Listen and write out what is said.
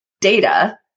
data